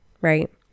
right